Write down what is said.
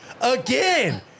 Again